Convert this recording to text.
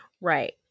Right